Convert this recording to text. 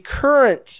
current